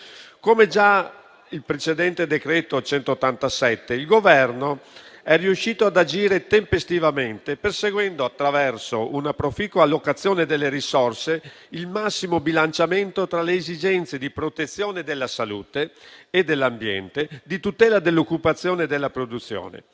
Come già il precedente decreto-legge n. 187 del 2022, il Governo è riuscito ad agire tempestivamente, perseguendo, attraverso una proficua allocazione delle risorse, il massimo bilanciamento tra le esigenze di protezione della salute e dell'ambiente e quelle di tutela dell'occupazione e della produzione.